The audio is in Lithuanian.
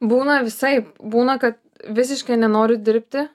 būna visaip būna kad visiškai nenoriu dirbti